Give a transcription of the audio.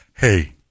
Hey